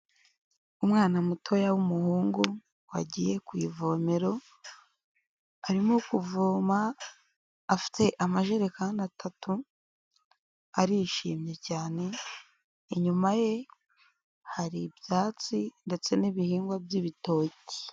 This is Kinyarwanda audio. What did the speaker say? Umwana mutoya w'umuhungu wagiye ku ivomero, arimo kuvoma afite amajerekani atatu, arishimye cyane, inyuma ye hari ibyatsi ndetse n'ibihingwa by'ibitoki.